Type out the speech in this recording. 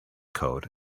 code